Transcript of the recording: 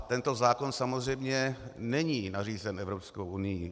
Tento zákon samozřejmě není nařízen Evropskou unií.